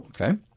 Okay